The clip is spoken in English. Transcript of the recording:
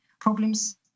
problems